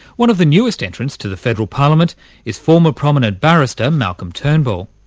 one of the newest entrants to the federal parliament is former prominent barrister, malcolm turnbull,